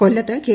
കൊല്ലത്ത് കെ